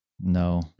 no